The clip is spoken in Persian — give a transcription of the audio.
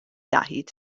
دهید